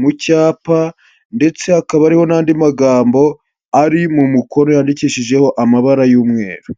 mu cyapa ndetse hakaba hariho n'andi magambo ari mu mukono yandikishijeho amabara y'umweru.